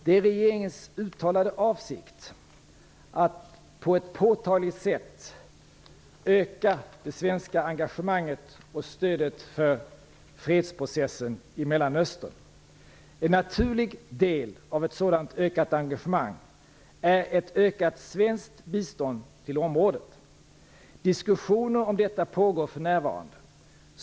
Det är regeringens uttalade avsikt att på ett påtagligt sätt öka det svenska engagemanget och stödet för fredsprocessen i Mellanöstern. En naturlig del av ett sådant ökat engagemang är ett ökat svenskt bistånd till området. Diskussioner om detta pågår för närvarande.